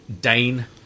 Dane